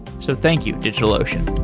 so thank you, digitalocean